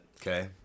Okay